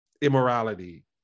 immorality